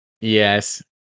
Yes